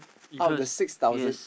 if hers yes